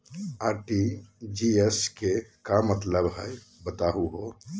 RTGS के का मतलब हई, बताहु हो?